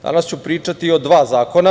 Danas ću pričati o dva zakona.